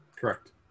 Correct